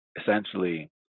Essentially